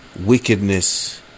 wickedness